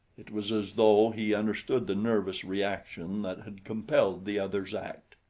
it was as though he understood the nervous reaction that had compelled the other's act.